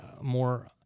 more